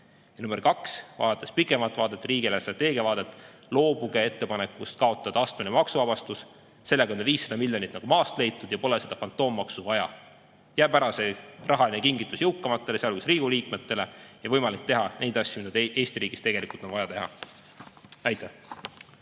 kaks, vaadates pikemat vaadet, riigi eelarvestrateegia vaadet, loobuge ettepanekust kaotada astmeline maksuvabastus. Sellega on 500 miljonit nagu maast leitud ja pole seda fantoommaksu vaja. Jääb ära see rahaline kingitus jõukamatele, sealhulgas Riigikogu liikmetele, ja on võimalik teha neid asju, mida Eesti riigis on tegelikult vaja teha. Aitäh!